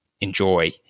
enjoy